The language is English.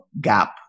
gap